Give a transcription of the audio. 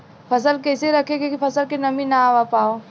फसल के कैसे रखे की फसल में नमी ना आवा पाव?